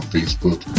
Facebook